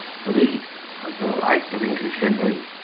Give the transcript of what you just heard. for thee and for the right english henry,